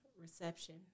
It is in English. Reception